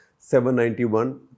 791